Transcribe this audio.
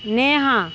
Neha